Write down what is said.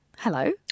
Hello